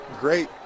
great